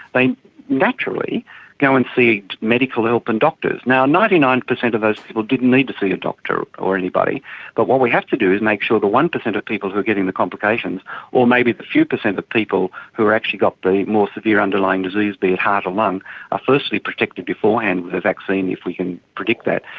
they naturally go and seek medical help and doctors. now, ninety nine percent of those people didn't need to see a doctor or anybody but what we have to do is make sure the one percent of people who are getting the complications or maybe the few percent of people who have actually got the more severe underlying disease, be it heart or lung, are firstly protected beforehand with a vaccine if we can predict that.